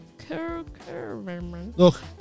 Look